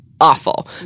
awful